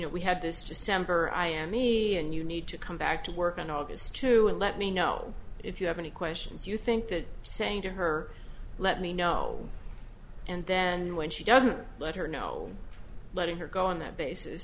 know we had this december i am me and you need to come back to work in august too and let me know if you have any questions you think that saying to her let me know and then when she doesn't let her know letting her go on that basis